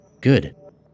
Good